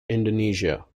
indonesia